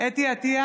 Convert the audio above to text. חוה אתי עטייה,